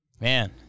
Man